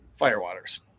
Firewaters